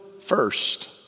first